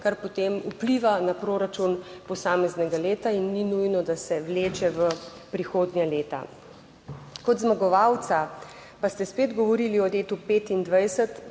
kar potem vpliva na proračun posameznega leta in ni nujno, da se vleče v prihodnja leta. Kot zmagovalca pa ste spet govorili o letu 2025,